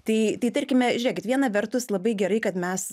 tai tai tarkime žiūrėkit viena vertus labai gerai kad mes